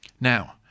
Now